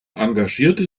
engagierte